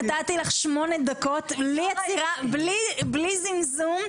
נתתי לך שמונה דקות בלי זמזום,